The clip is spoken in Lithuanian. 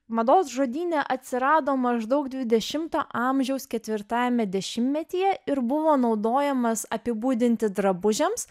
mados žodyne atsirado maždaug dvidešimto amžiaus ketvirtajame dešimtmetyje ir buvo naudojamas apibūdinti drabužiams